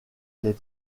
les